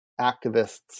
activists